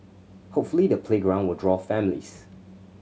hopefully the playground will draw families